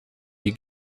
die